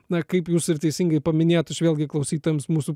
na kaip jūs ir teisingai paminėjot aš vėlgi klausytojams mūsų